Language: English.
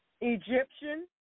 Egyptian